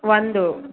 ಒಂದು